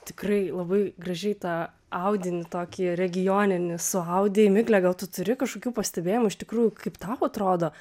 tikrai labai gražiai tą audinį tokį regioninį suaudei migle gal tu turi kažkokių pastebėjimų iš tikrųjų kaip tau atrodo